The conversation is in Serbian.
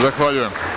Zahvaljujem.